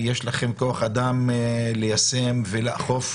יש לכם כוח אדם ליישם ולאכוף?